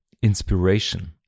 inspiration